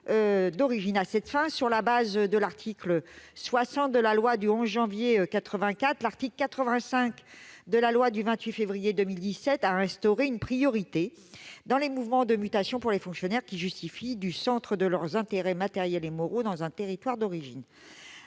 À cette fin, sur la base de l'article 60 de la loi du 11 janvier 1984, l'article 85 de la loi du 28 février 2017 a instauré une priorité dans les mouvements de mutation pour les fonctionnaires qui justifient du centre de leurs intérêts matériels et moraux dans un territoire d'origine.